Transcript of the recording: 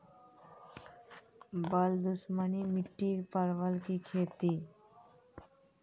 बल दुश्मनी मिट्टी परवल की खेती?